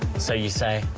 so you say,